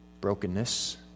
brokenness